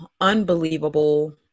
unbelievable